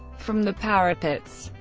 from the parapets,